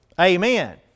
amen